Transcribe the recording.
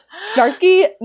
Starsky